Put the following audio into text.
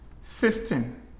system